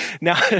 now